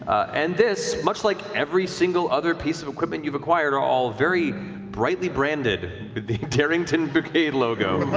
and this, much like every single other piece of equipment you've acquired, are all very brightly branded with the darrington brigade logo.